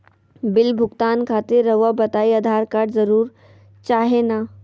Bill भुगतान खातिर रहुआ बताइं आधार कार्ड जरूर चाहे ना?